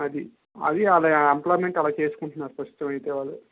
అది అవి అలా ఎంప్లాయిమెంట్ అలా చేసుకుంటున్నారు వాళ్ళు